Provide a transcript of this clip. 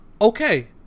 okay